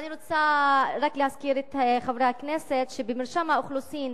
ואני רוצה רק להזכיר לחברי הכנסת שבמרשם האוכלוסין